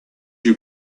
you